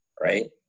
right